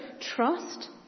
trust